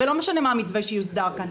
ולא משנה איזה מתווה יוסדר כאן.